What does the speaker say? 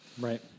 Right